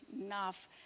enough